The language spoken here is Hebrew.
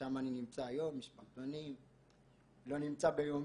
ששם אני נמצא היום --- לא נמצא ביום